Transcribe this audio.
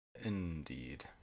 indeed